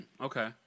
okay